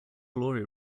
glory